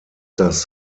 das